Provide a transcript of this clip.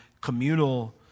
communal